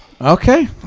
Okay